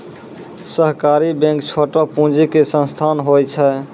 सहकारी बैंक छोटो पूंजी के संस्थान होय छै